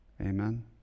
Amen